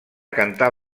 cantar